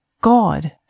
God